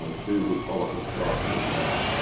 to do with politics, right here and now.